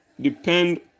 depend